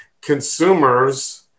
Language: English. consumers